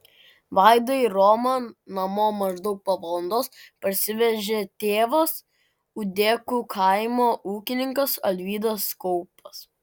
vaidą ir romą namo maždaug po valandos parsivežė tėvas ūdekų kaimo ūkininkas alvydas kaupas